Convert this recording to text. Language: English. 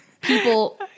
people